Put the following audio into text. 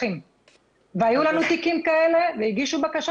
והיו לנו תיקים כאלה והגישו בקשות